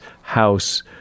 house